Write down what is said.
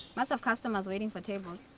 must have customers waiting for tables.